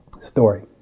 Story